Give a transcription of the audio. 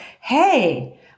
hey